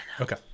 okay